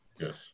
Yes